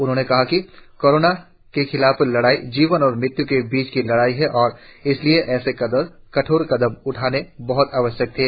उन्होंने कहा कि कोरोना के खिलाफ लड़ाई जीवन और मृत्य् के बीच की लड़ाई है और इसलिए ऐसे कठोर कदम उठाने बहत आवश्यक थे